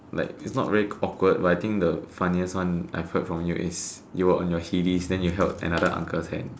like it's not very awkward but I think the funniest one I've heard from you was you were on your wheelies then you held another uncle's hand